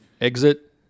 exit